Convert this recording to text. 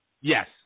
yes